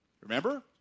Remember